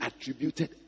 attributed